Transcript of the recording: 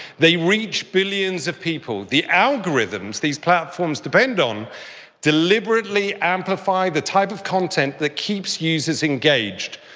they reach billions of people. the algorithm these platform depend on deliberately amplify the type of content that keeps users engaged.